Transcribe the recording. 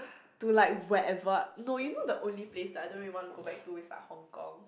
to like wherever no you know the only place that I don't really want to go back to is like Hong Kong